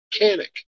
mechanic